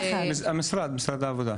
המשרד, משרד העבודה.